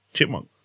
Chipmunk